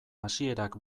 hasierak